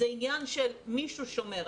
זה עניין של מישהו שומר עליהם.